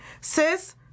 Sis